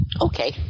Okay